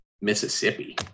Mississippi